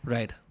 Right